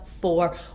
four